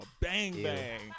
bang-bang